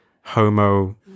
homo